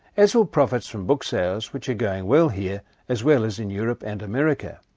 as will profits from book sales which are going well here as well as in europe and america.